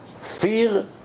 fear